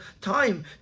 time